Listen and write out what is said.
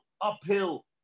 uphill